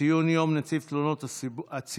ציון יום נציב תלונות הציבור,